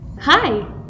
Hi